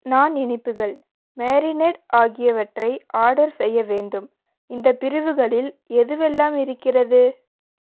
நான் இனிப்புகள் மேரினேட் ஆகியவற்றை ஆர்டர் செய்ய வேண்டும் இந்த பிரிவுகளில் எதுவெல்லாம் இருக்கிறது